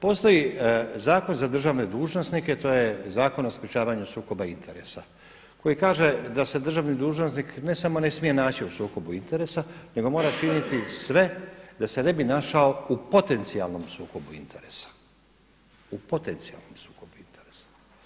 Postoji Zakon za državne dužnosnike, to je Zakon o sprječavanju sukoba interesa koji kaže da se državni dužnosnik ne samo ne smije naći u sukobu interesa nego mora činiti sve da se ne bi našao u potencijalnom sukobu interesa, u potencijalnom sukobu interesa.